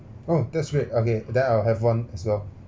oh that's great okay then I'll have one as well